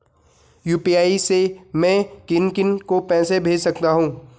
UPI से मैं किन किन को पैसे भेज सकता हूँ?